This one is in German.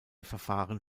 verfahren